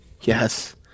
Yes